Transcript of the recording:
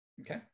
okay